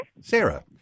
Sarah